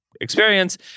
experience